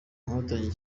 nkotanyi